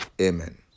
Amen